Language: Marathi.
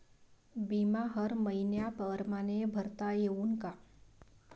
बिमा हर मइन्या परमाने भरता येऊन का?